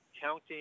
counting